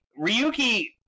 Ryuki